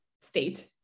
state